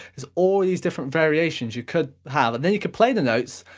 there's all these different variations you could have. and then you could play the notes,